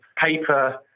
paper